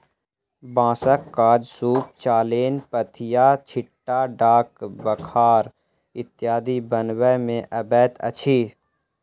बाँसक काज सूप, चालैन, पथिया, छिट्टा, ढाक, बखार इत्यादि बनबय मे अबैत अछि